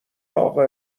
اقا